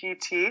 PT